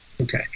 Okay